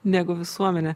negu visuomenė